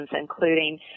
including